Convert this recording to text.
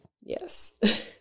yes